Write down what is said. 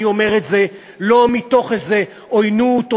אני אומר את זה לא מתוך עוינות או